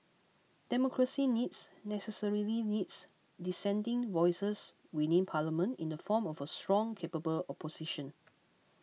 democracy needs necessarily needs dissenting voices within Parliament in the form of a strong capable opposition